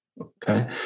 Okay